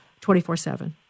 24-7